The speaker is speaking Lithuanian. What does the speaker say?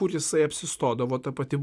kur jisai apsistodavo ta pati